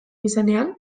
izenean